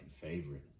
favorite